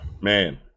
Man